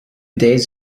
days